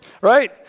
right